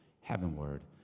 heavenward